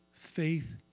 faith